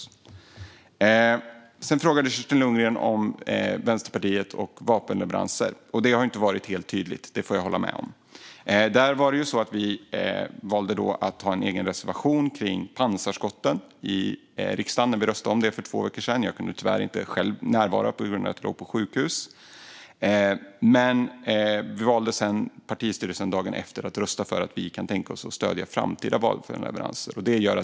Kerstin Lundgren ställde en fråga om Vänsterpartiets syn på vapenleveranser. Jag håller med om att det inte har varit helt tydligt. Vi valde att ha en egen reservation om pansarskotten när vi röstade om detta i riksdagen för två veckor sedan. Jag kunde tyvärr inte själv närvara eftersom jag låg på sjukhus. Partistyrelsen valde dock dagen efter att rösta för att vi kan tänka oss att stödja framtida vapenleveranser.